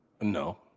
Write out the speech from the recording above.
no